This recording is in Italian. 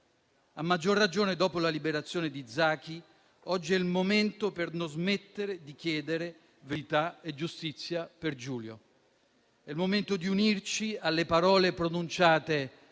A maggior ragione dopo la liberazione di Zaki, oggi è il momento per non smettere di chiedere verità e giustizia per Giulio, è il momento di unirci alle parole pronunciate